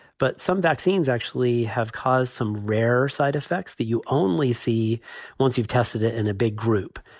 but some vaccines actually have cause some rare side effects that you only see once you've tested it in a big group.